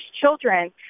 children